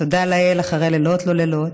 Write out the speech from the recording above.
תודה לאל, אחרי לילות לא-לילות,